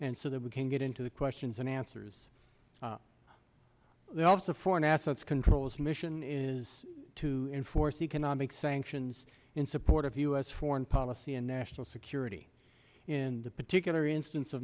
and so that we can get into the questions and answers they're also foreign assets control is mission is to enforce economic sanctions in support of u s foreign policy and national security in the particular instance of